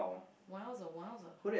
!wow! !wow!